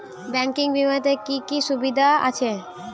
Banking বিমাতে কি কি সুবিধা আছে?